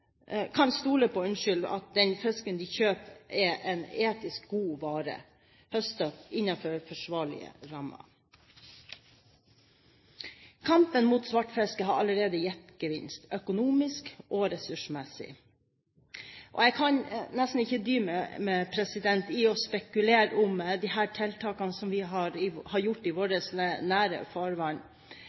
kan stole på at den fisken de kjøper, er en etisk god vare, høstet innenfor forsvarlige rammer. Kampen mot svartfiske har allerede gitt gevinst – økonomisk og ressursmessig. Jeg kan nesten ikke dy meg for å spekulere på om disse tiltakene vi har gjort i våre nære farvann,